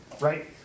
Right